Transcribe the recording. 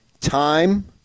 time